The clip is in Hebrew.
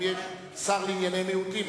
אם יש שר לענייני מיעוטים,